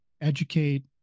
educate